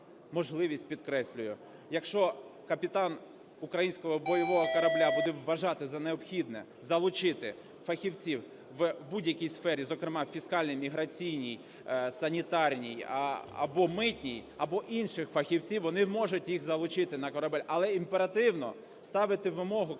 можливість, підкреслюю, якщо капітан українського бойового корабля буде вважати на необхідне залучити фахівців в будь-якій сфері, зокрема фіскальній, міграційній, санітарній або митній, або інших фахівців, вони можуть їх залучити на корабель, але імперативно ставити вимогу капітану